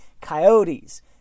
coyotes